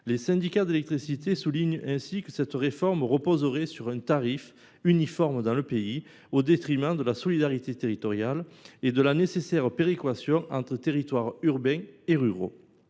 Les syndicats d’électricité soulignent que cette réforme reposerait sur un tarif uniforme dans le pays, au détriment de la solidarité territoriale et de la nécessaire péréquation entre territoires urbains et ruraux.